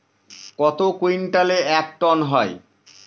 কত কুইন্টালে এক টন হয়?